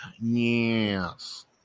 Yes